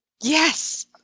Yes